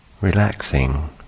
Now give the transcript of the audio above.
relaxing